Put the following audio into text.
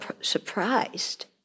surprised